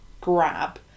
grab